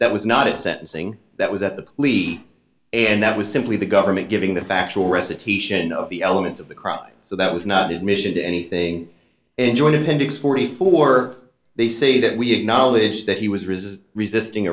that was not at sentencing that was at the leak and that was simply the government giving the factual recitation of the elements of the crime so that was not admission to anything in joining bendix forty four they say that we acknowledge that he was resisting resisting